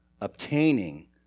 obtaining